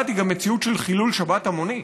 היא גם מציאות של חילול שבת המוני.